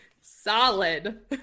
solid